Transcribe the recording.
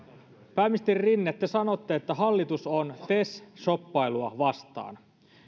pääministeri rinne te sanotte että hallitus on tes shoppailua vastaan